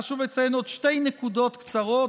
חשוב לציין עוד שתי נקודות קצרות,